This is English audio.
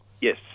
yes